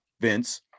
Vince